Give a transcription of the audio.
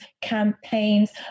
campaigns